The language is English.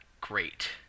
great